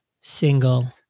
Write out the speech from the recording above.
single